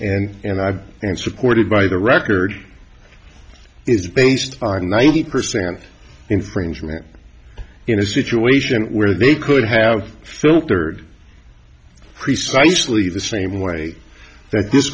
and i and supported by the record it's based on a ninety percent infringement in a situation where they could have filtered precisely the same way that this